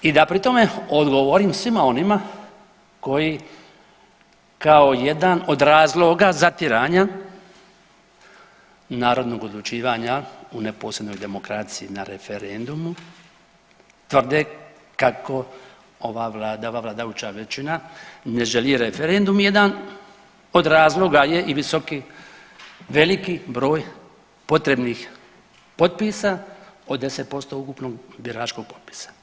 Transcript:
I da pri tome odgovorim svima onima koji kao jedan od razloga zatiranja narodnog odlučivanja u neposrednoj demokraciji na referendumu tvrde kako ova vlada, ova vlada odlučila većina ne želi referendum jedna od razloga je i visoki, veliki broj potrebnih potreba od 10% ukupnog biračkog popisa.